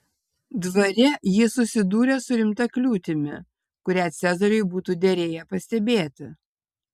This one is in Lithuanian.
dvare ji susidūrė su rimta kliūtimi kurią cezariui būtų derėję pastebėti